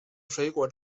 水果